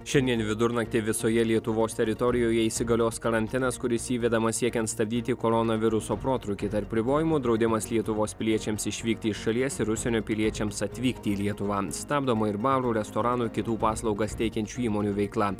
šiandien vidurnaktį visoje lietuvos teritorijoje įsigalios karantinas kuris įvedamas siekiant stabdyti koronaviruso protrūkį tarp ribojimų draudimas lietuvos piliečiams išvykti iš šalies ir užsienio piliečiams atvykti į lietuvą stabdoma ir barų restoranų kitų paslaugas teikiančių įmonių veikla